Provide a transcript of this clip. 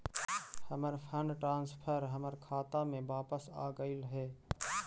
हमर fund transfer हमर खाता में वापस आगईल हे